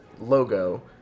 logo